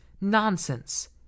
nonsense